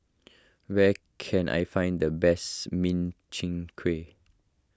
where can I find the best Min Chiang Kueh